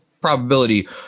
probability